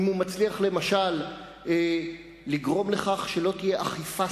אם הוא מצליח למשל לגרום לכך שלא תהיה אכיפה